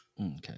Okay